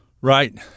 Right